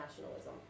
nationalism